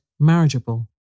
Marriageable